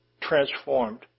transformed